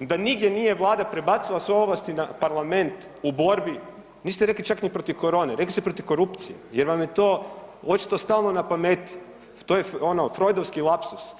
da nigdje nije Vlada prebacila svoje ovlasti na parlament u borbi niste rekli čak ni protiv korone, rekli ste protiv korupcije jer vam je to očito stalno na pameti, to je ono Freudovski lapsus.